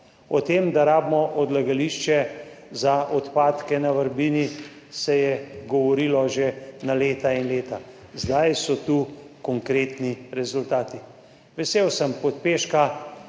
O tem, da rabimo odlagališče za odpadke v Vrbini, se je govorilo že leta in leta, zdaj so tu konkretni rezultati. Vesel sem pospeška,